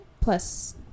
plus